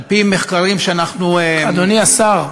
על-פי מחקרים שאנחנו, אדוני השר,